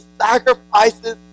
sacrifices